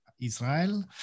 Israel